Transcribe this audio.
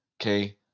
okay